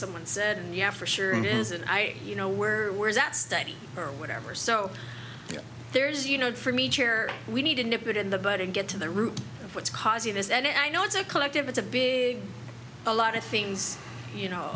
someone said yeah for sure it is and i you know were worried that study or whatever so there's you know for me we need to nip it in the bud and get to the root of what's causing this and i know it's a collective it's a big a lot of things you know